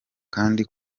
kandi